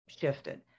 shifted